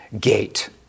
gate